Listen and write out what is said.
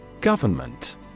Government